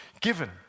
given